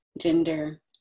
gender